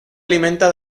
alimenta